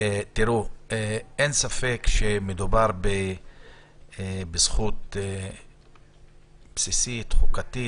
אין ספק שמדובר בזכות בסיסית וחוקתית.